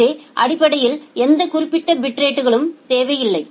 எனவே அடிப்படையில் எந்த குறிப்பிட்ட பிட்ரேட்களும் தேவையில்லை